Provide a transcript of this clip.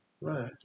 Right